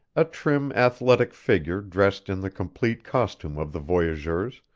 a trim athletic figure dressed in the complete costume of the voyageurs,